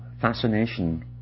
Fascination